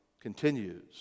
continues